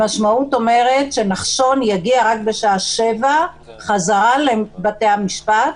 המשמעות היא שנחשון יגיע רק בשעה 19:00 חזרה לבתי הסוהר.